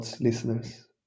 listeners